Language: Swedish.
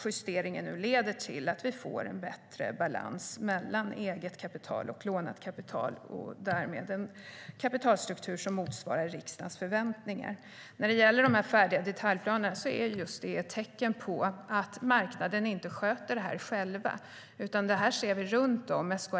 Justeringen leder just till att vi får en bättre balans mellan eget kapital och lånat kapital och därmed en kapitalstruktur som motsvarar riksdagens förväntningar. Detta med de färdiga detaljplanerna är ett tecken på att marknaden inte sköter det här själv. Vi ser det runt om i landet.